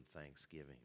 Thanksgiving